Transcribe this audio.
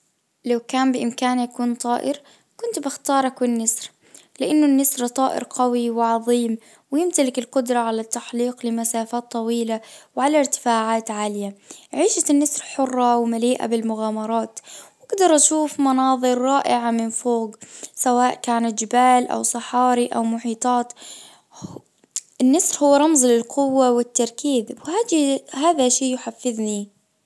لو كان بامكاني أكون طائر كنت بختار أكون نسر لانه النسر طائر قوي وعظيم ويمتلك القدرة على التحليق لمسافات طويلة وعلى ارتفاعات عالية عيشة النسر حرة ومليئة بالمغامرات بجدر اشوف مناظر رائعة من فوج سواء كانت جبال او صحاري او محيطات النسر هو رمز للقوة والتركيز هذا شيء يحفزني